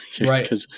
Right